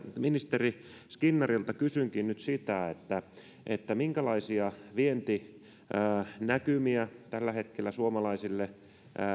ministeri skinnarilta kysynkin nyt sitä minkälaisia vientinäkymiä tällä hetkellä suomalaisille